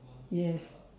yes